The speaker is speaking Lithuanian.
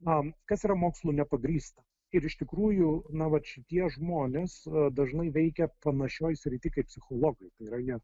na kas yra mokslu nepagrįsta ir iš tikrųjų na vat šitie žmonės dažnai veikia panašioj srity kaip psichologai tai yra jie